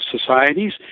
societies